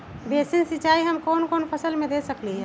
Basin सिंचाई हम कौन कौन फसल में दे सकली हां?